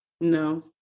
No